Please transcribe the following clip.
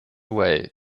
way